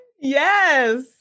Yes